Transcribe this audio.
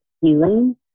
healing